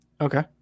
Okay